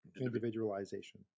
Individualization